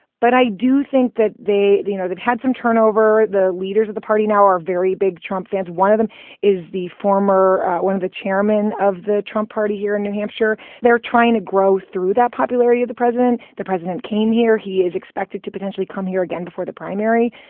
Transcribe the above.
but i do think that they you know, they've had some turnover. the leaders of the party now are very big trump fans. one of them is the former one of the chairman of the trump party here in new hampshire. they're trying to grow through that popularity of the president. the president came here. he is expected to potentially come here again before the primary.